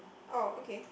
oh okay